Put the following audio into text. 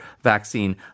vaccine